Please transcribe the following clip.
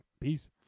Peace